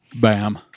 Bam